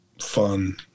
fun